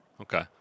Okay